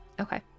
Okay